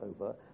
over